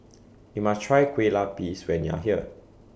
YOU must Try Kue Lupis when YOU Are here